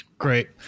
Great